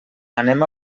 anem